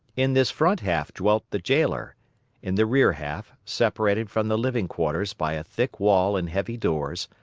in this front half dwelt the jailer in the rear half, separated from the living quarters by a thick wall and heavy doors,